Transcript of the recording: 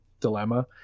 dilemma